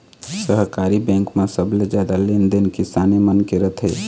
सहकारी बेंक म सबले जादा लेन देन किसाने मन के रथे